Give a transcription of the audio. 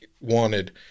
wanted